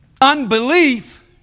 unbelief